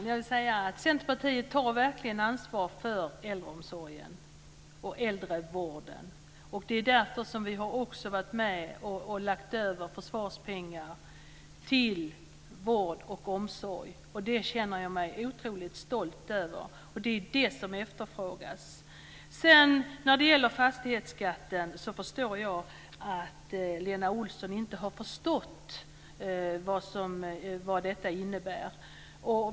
Fru talman! Centerpartiet tar verkligen ansvar för äldreomsorgen och äldrevården. Det är därför vi har varit med om att lägga över försvarspengar till vård och omsorg, och det känner jag mig otroligt stolt över. Det är det som efterfrågas. När det gäller fastighetsskatten inser jag att Lena Olsson inte har förstått vad detta innebär.